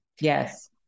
Yes